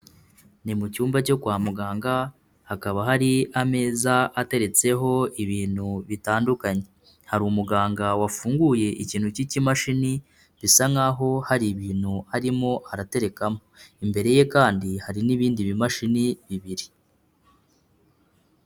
Ni mu cyumba cyo kwa muganga, hakaba hari ameza ateretseho ibintu bitandukanye. Hari umuganga wafunguye ikintu k'ikimashini, bisa nkaho hari ibintu harimo araterekamo. Imbere ye kandi hari n'ibindi bimashini bibiri.